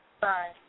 Bye